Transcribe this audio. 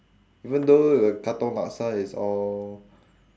even though the katong laksa is all